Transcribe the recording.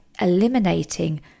eliminating